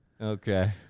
Okay